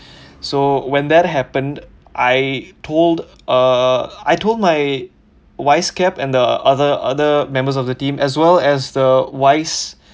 so when that happened I told uh I told my vice cap and the other other members of the team as well as the vice